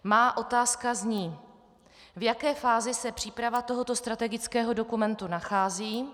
Má otázka zní: V jaké fázi se příprava tohoto strategického dokumentu nachází?